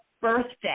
birthday